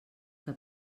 que